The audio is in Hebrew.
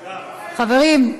חברים,